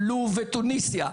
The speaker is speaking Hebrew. לוב ותוניסיה.